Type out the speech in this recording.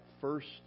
first